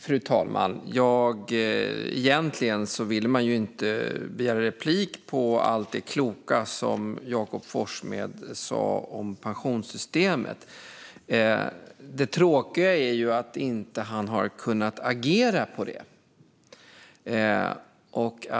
Fru talman! Egentligen vill man inte begära replik efter allt det kloka som Jakob Forssmed sa om pensionssystemet. Det tråkiga är att han inte har kunnat agera på det.